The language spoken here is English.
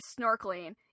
snorkeling